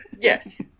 Yes